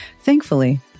Thankfully